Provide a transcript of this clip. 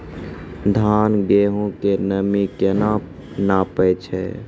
धान, गेहूँ के नमी केना नापै छै?